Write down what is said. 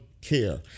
care